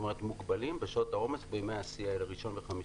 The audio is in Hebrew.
הם מוגבלים בשעות העומס בימי השיא, ראשון וחמישי.